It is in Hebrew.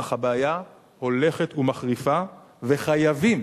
אך הבעיה הולכת ומחריפה וחייבים